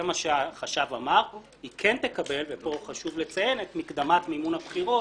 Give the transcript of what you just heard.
זה מה שהחשב אמר היא כן תקבל את מקדמת מימון הבחירות,